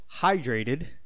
hydrated